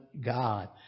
God